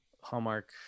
hallmark